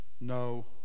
No